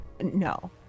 No